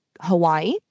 Hawaii